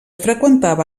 freqüentava